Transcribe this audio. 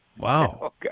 Wow